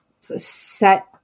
set